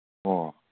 ꯑꯣ